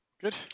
Good